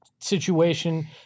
situation